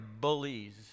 bullies